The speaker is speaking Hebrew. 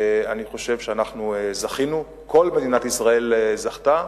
אני חושב שאנחנו זכינו, כל מדינת ישראל זכתה.